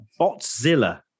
Botzilla